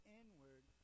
inward